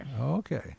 Okay